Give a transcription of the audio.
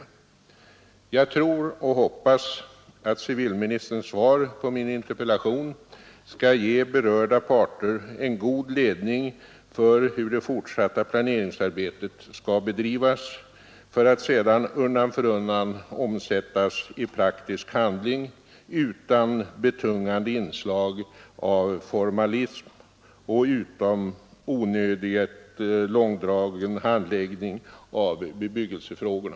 Jag tror och hoppas att civilministerns svar på min interpellation skall ge berörda parter en god vägledning för hur det fortsatta planeringsarbetet skall bedrivas för att sedan undan för undan omsättas i praktisk handling utan betungande inslag av formalism och utan onödigt långdragen handläggning av bebyggelsefrågorna.